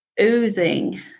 oozing